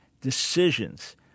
decisions